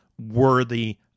worthy